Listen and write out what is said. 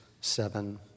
seven